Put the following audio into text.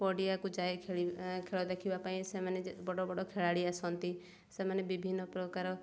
ପଡ଼ିଆକୁ ଯାଏ ଖେଳ ଦେଖିବା ପାଇଁ ସେମାନେ ବଡ଼ ବଡ଼ ଖେଳାଳି ଆସନ୍ତି ସେମାନେ ବିଭିନ୍ନ ପ୍ରକାର